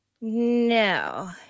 No